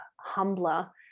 humbler